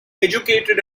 educated